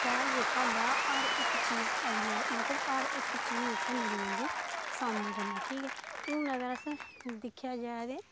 शैह्र जेह्का होंदा हर इक चीज अवेल मतलब हर इक जीज इत्थै मिली जंदी असानी कन्नै ठीक ऐ हून अगर असें अगर दिक्खेआ जा ते